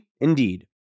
Indeed